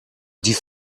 die